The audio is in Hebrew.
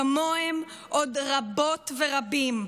וכמוהם עוד רבות ורבים.